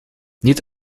niet